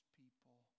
people